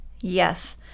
Yes